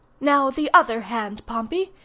now, the other hand, pompey,